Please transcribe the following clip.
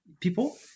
people